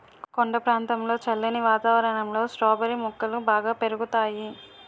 కొండ ప్రాంతంలో చల్లని వాతావరణంలో స్ట్రాబెర్రీ మొక్కలు బాగా పెరుగుతాయి